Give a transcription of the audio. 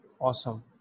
Awesome